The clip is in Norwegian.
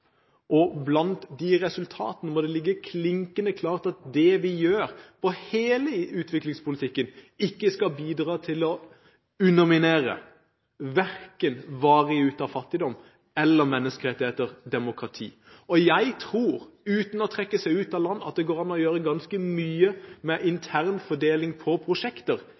og basert på de resultatene må det være klinkende klart at det vi gjør når det gjelder hele utviklingspolitikken, ikke skal bidra til å underminere verken varig ut av fattigdom eller menneskerettigheter og demokrati. Jeg tror at det uten å trekke seg ut av land går an å gjøre ganske mye med intern fordeling med hensyn til prosjekter